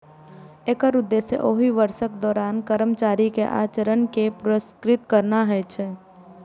एकर उद्देश्य ओहि वर्षक दौरान कर्मचारी के आचरण कें पुरस्कृत करना होइ छै